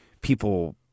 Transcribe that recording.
people